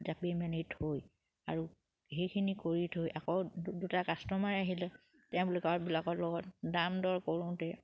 জাপিমেলি থৈ আৰু সেইখিনি কৰি থৈ আকৌ দুটা কাষ্টমাৰ আহিলে তেওঁলোকৰবিলাকৰ লগত দাম দৰ কৰোঁতে